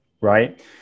right